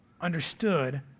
understood